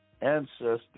ancestor